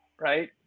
right